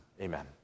Amen